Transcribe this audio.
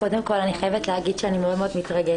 קודם כול, אני חייבת להגיד שאני מאוד מאוד מתרגשת.